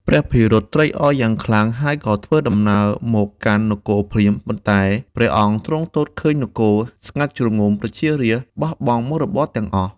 ព្រះភិរុតត្រេកអរយ៉ាងខ្លាំង ហើយក៏ធ្វើដំណើរមកកាន់នគរភ្លាម ប៉ុន្តែព្រះអង្គទ្រង់ទតឃើញនគរ ស្ងាត់ជ្រងំប្រជារាស្ត្រ បោះបង់មុខរបរទាំងអស់។